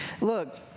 Look